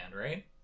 right